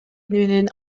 менен